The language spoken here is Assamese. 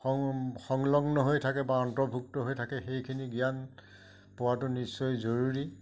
সং সংলগ্ন হৈ থাকে বা অন্তৰ্ভুক্ত হৈ থাকে সেইখিনি জ্ঞান পোৱাটো নিশ্চয় জৰুৰী